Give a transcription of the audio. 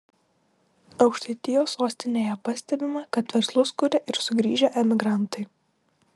aukštaitijos sostinėje pastebima kad verslus kuria ir sugrįžę emigrantai